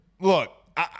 look